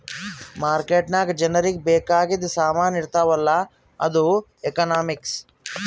market ನಾಗ್ ಜನರಿಗ ಬೇಕ್ ಆಗಿದು ಸಾಮಾನ್ ಇರ್ತಾವ ಅಲ್ಲ ಅದು ಎಕನಾಮಿಕ್ಸ್